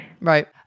Right